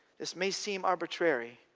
this may seem arbitrary.